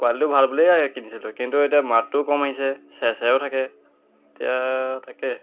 কোৱালিটিটো ভাল বুলিয়েই কিনিছিলোঁ কিন্তু এতিয়া মাতটোও কম আহিছে ছে ছেয়াইও থাকে এতিয়া তাকে